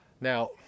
Now